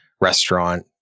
restaurant